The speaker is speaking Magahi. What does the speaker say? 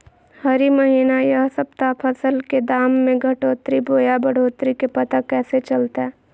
हरी महीना यह सप्ताह फसल के दाम में घटोतरी बोया बढ़ोतरी के पता कैसे चलतय?